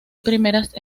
primeras